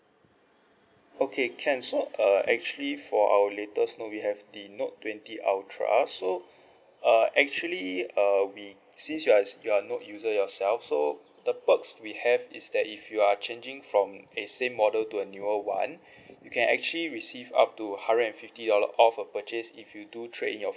okay can so uh actually for our latest note we have the note twenty ultra so uh actually err we since you are you are note user yourself so the perks we have is that if you are changing from a same model to a newer [one] you can actually receive up to hundred and fifty dollar off a purchase if you do trade in your